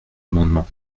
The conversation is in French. amendement